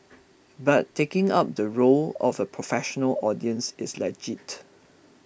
but taking up the role of a professional audience is legit